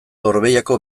gorbeiako